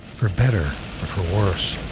for better or for worse.